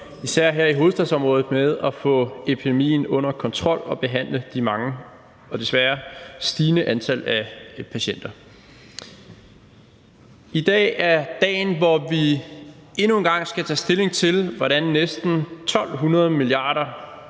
især her i hovedstadsområdet kæmper med at få epidemien under kontrol og behandle de mange og desværre stigende antal patienter. I dag er dagen, hvor vi endnu en gang skal tage stilling til, hvordan næsten 1.200 mia.